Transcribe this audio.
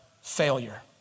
failure